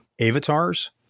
avatars